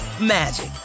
magic